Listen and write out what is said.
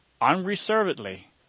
unreservedly